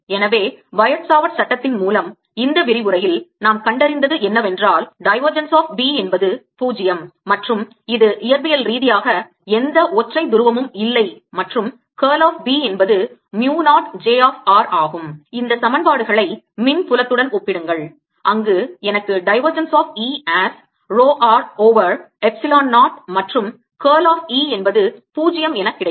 எனவே Biot Savart சட்டத்தின் மூலம் இந்த விரிவுரையில் நாம் கண்டறிந்தது என்னவென்றால் divergence of B என்பது 0 மற்றும் இது இயற்பியல் ரீதியாக எந்த ஒற்றை துருவமும் இல்லை மற்றும் curl of B என்பது mu 0 j of r ஆகும் இந்த சமன்பாடுகளை மின் புலத்துடன் ஒப்பிடுங்கள் அங்கு எனக்கு divergence of E as rho r over epsilon 0 மற்றும் curl of E என்பது 0 எனக் கிடைக்கும்